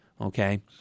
Okay